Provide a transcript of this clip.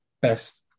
best